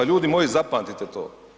Ljudi moji zapamtite to.